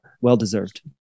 Well-deserved